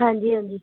ਹਾਂਜੀ ਹਾਂਜੀ